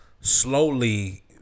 slowly